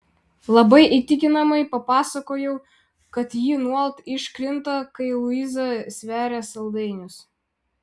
labai įtikinamai papasakojau kad ji nuolat iškrinta kai luiza sveria saldainius